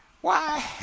Why